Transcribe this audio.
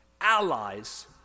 allies